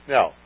Now